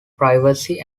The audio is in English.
privacy